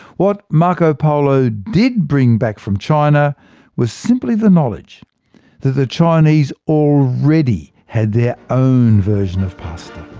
what marco polo did bring back from china was simply the knowledge that the chinese already had their own version of pasta.